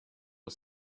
are